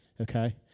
okay